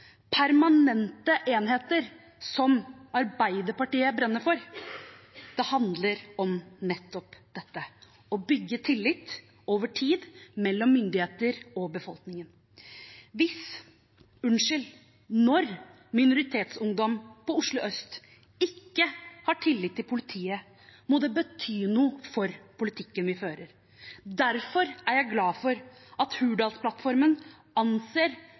permanente enheter som Arbeiderpartiet brenner for. Det handler om nettopp dette: å bygge tillit over tid mellom myndigheter og befolkningen. Hvis – unnskyld, når – minoritetsungdom i Oslo øst ikke har tillit til politiet, må det bety noe for politikken vi fører. Derfor er jeg glad for at Hurdalsplattformen anser